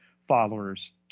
followers